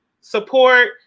support